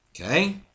okay